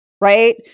Right